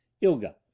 Ilga